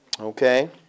Okay